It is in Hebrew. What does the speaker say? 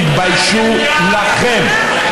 תתביישו לכם.